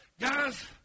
Guys